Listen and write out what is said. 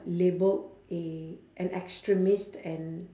labelled a an extremist and